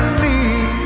be